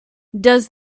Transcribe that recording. does